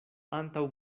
antaŭ